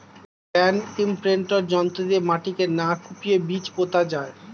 land imprinter যন্ত্র দিয়ে মাটিকে না কুপিয়ে বীজ পোতা যায়